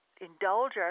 indulge